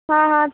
हाँ हाँ